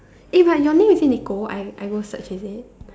eh but your name is it Nicole I I go search is it